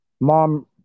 Mom